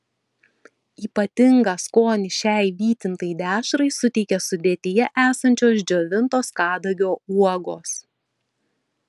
ypatingą skonį šiai vytintai dešrai suteikia sudėtyje esančios džiovintos kadagio uogos